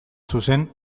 zuzen